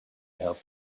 help